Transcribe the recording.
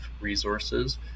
resources